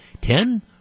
ten